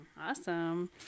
Awesome